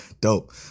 Dope